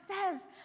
says